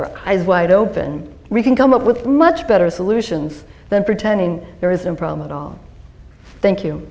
our eyes wide open we can come up with much better solutions than pretending there is no problem at all thank you